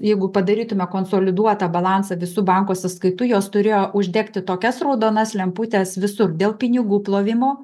jeigu padarytumėme konsoliduotą balansą visų banko sąskaitų jos turėjo uždegti tokias raudonas lemputes visur dėl pinigų plovimo